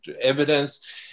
evidence